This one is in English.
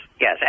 yes